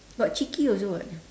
got chicky also [what]